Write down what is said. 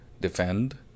Defend